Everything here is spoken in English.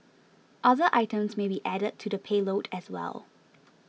other items may be added to the payload as well